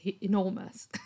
enormous